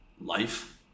life